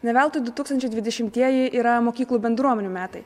ne veltui du tūkstančiai dvidešimtieji yra mokyklų bendruomenių metai